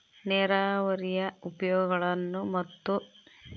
ನೇರಾವರಿಯ ಉಪಯೋಗಗಳನ್ನು ಮತ್ತು?